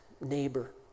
neighbor